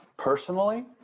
personally